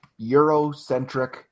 Eurocentric